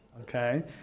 Okay